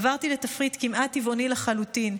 עברתי לתפריט כמעט טבעוני לחלוטין,